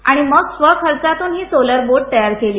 आणि मग स्व खर्चांतुन ही सोलर बोट तयार केली